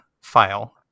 file